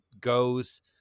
goes